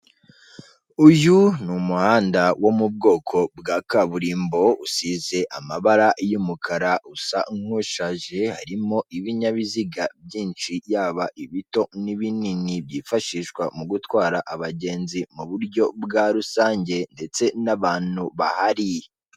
Uyu ni umuhanda wo mu bwoko bwa kaburimbo usize amabara y'umukara usa nk'ushaje harimo ibinyabiziga byinshi yaba ibito n'ibinini byifashishwa mu gutwara abagenzi mu buryo bwa rusange ndetse n'abantu bahari.